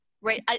Right